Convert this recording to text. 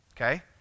Okay